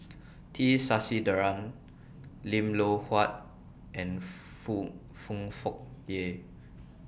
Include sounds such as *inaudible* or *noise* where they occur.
*noise* T Sasitharan Lim Loh Huat and *unintelligible* Foong Foong Fook Kay